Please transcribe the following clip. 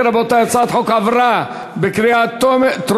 אם כן, רבותי, הצעת החוק עברה בקריאה טרומית